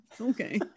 Okay